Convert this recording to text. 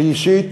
לי אישית,